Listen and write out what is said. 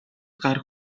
гар